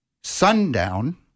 sundown